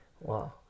Wow